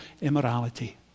immorality